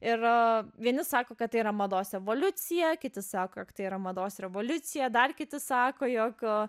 ir vieni sako kad tai yra mados evoliucija kiti sako kad tai yra mados revoliucija dar kiti sako jog